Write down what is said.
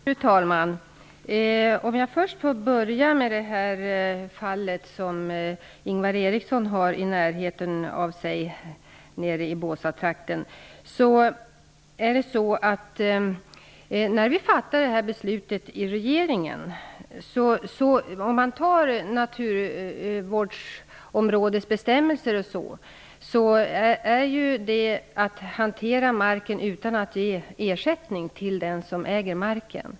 Fru talman! Jag vill börja med att kommentera det fall från Båstadstrakten, som Ingvar Eriksson tog upp. När det gäller naturvårdsområdesbestämmelser och sådant handlar det här om en hantering av marken utan att ge ersättning till markägaren.